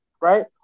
right